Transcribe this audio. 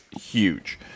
huge